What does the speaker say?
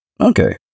Okay